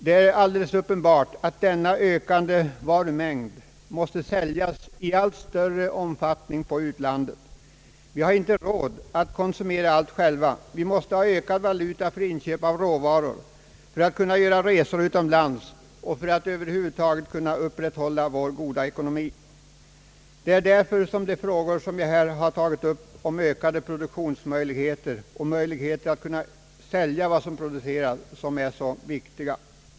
Det är alldeles uppenbart att denna ökande varumängd måste säljas i allt större omfattning till utlandet. Vi har inte råd att konsumera allt själva. Vi måste ha ökad valuta för inköp av råvaror till vår industri för att över huvud taget kunna upprätthålla vår goda ekonomi. Därför är de frågor jag här har tagit upp om ökade produktionsmöjligheter och möjligheter att kunna sälja vad som produceras så viktiga.